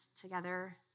together